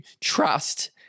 trust